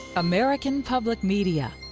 american public media